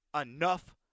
Enough